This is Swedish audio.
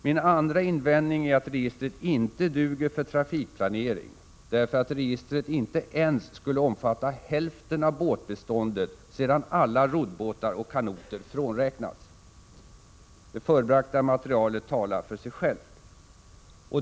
Min andra invändning är att registret icke duger för trafikplanering, därför att registret inte ens skulle omfatta hälften av båtbeståndet sedan alla roddbåtar och kanoter frånräknats. Det förebragta materialet talar för sig självt.